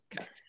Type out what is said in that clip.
Okay